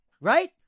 right